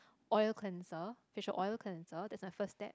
oil cleanser facial oil cleanser that's my first step